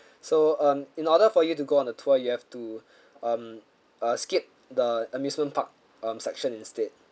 so um in order for you to go on the tour you have to um uh skip the amusement park um section instead